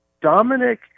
Dominic